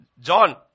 John